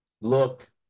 Look